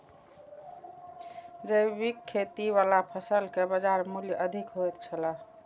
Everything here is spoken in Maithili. जैविक खेती वाला फसल के बाजार मूल्य अधिक होयत छला